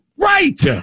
Right